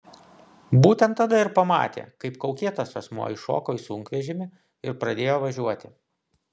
būtent tada ir pamatė kaip kaukėtas asmuo įšoko į sunkvežimį ir pradėjo važiuoti